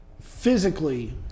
Physically